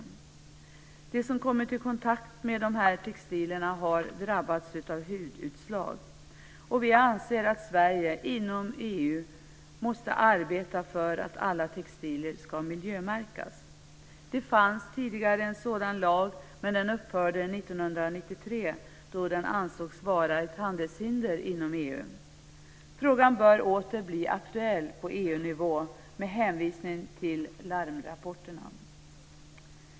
De som kommit i kontakt med textilierna har drabbats av hudutslag. Vi anser att Sverige inom EU måste arbeta för att alla textilier ska miljömärkas. Det fanns tidigare en sådan lag men den upphörde att gälla 1993 då den ansågs vara ett handelshinder inom EU. Frågan bör åter bli aktuell på EU-nivå med hänvisning till larmrapporterna.